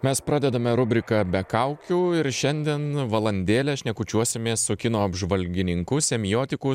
mes pradedame rubriką be kaukių ir šiandien valandėlę šnekučiuosimės su kino apžvalgininku semiotiku